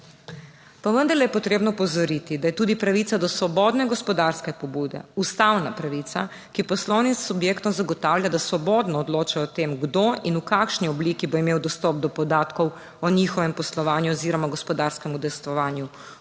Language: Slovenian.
Pa vendarle je potrebno opozoriti, da je tudi pravica do svobodne gospodarske pobude ustavna pravica, ki poslovnim subjektom zagotavlja, da svobodno odločajo o tem, kdo in v kakšni obliki bo imel dostop do podatkov o njihovem poslovanju oziroma gospodarskem udejstvovanju,